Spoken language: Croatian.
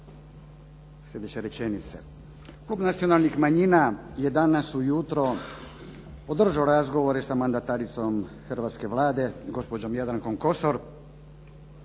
sljedeće rečenice. Klub nacionalnih manjina je danas ujutro održao razgovore sa mandataricom hrvatske Vlade, gospođom Jadrankom Kosor,